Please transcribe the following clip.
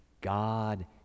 God